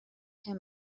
him